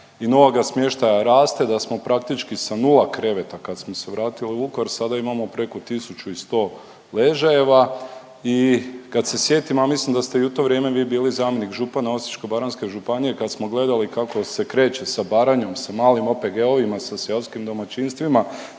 i novoga smještaja raste, da smo praktički sa nula kreveta kad smo se vratili u Vukovar sada imamo preko 1100 ležajeva. I kad ste sjetim, a mislim da ste u to vrijeme vi bili zamjenik župana Osječko-baranjske županije kad smo gledali kako se kreće sa Baranjom, sa malim OPG-ovima, sa seoskim domaćinstvima,